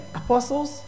apostles